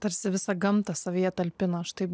tarsi visą gamtą savyje talpino aš taip